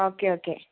okay okay